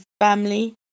family